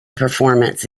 performance